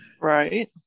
Right